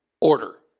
order